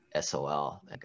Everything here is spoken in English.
SOL